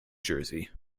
jersey